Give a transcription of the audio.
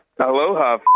Aloha